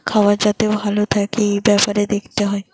খাবার যাতে ভালো থাকে এই বেপারে দেখতে হয়